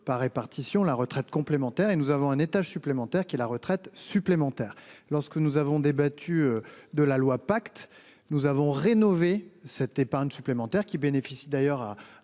par répartition, la retraite complémentaire et nous avons un étage supplémentaire qui la retraite supplémentaire lorsque nous avons débattu de la loi pacte. Nous avons rénové cette épargne supplémentaire qui bénéficie d'ailleurs à